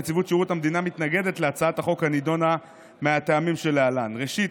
נציבות שירות המדינה מתנגדת להצעת החוק הנדונה מהטעמים שלהלן: ראשית,